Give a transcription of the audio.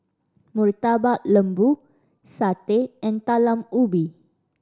Murtabak Lembu satay and Talam Ubi